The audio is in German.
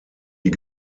die